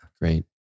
Great